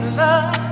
love